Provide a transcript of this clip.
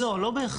לא, לא בהכרח.